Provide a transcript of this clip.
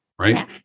Right